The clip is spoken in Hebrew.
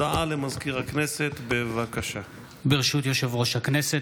ירושלים, הכנסת, שעה 16:00